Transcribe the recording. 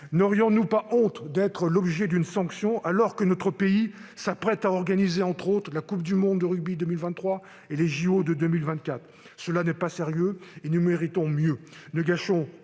N'aurions-nous pas honte d'être l'objet d'une sanction alors que notre pays s'apprête à organiser, entre autres, la coupe du monde de rugby en 2023 et les jeux Olympiques en 2024 ? Cela n'est pas sérieux, et nous méritons mieux.